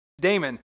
Damon